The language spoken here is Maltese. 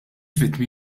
vittmi